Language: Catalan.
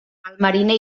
mariner